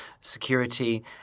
security